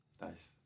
Nice